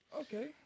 Okay